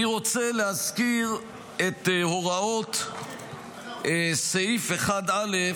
אני רוצה להזכיר את הוראות סעיף 1(א)